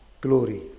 glory